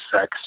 sex